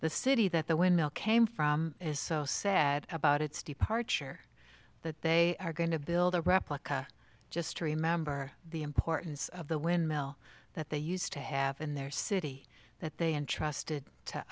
the city that the windmill came from is so sad about its departure that they are going to build a replica just to remember the importance of the windmill that they used to have in their city that they entrusted to